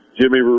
Jimmy